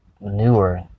newer